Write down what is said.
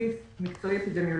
בסיס מקצועית אפידמיולוגית.